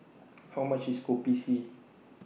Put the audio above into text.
How much IS Kopi C